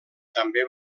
també